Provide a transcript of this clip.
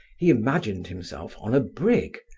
he imagined himself on a brig,